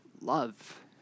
love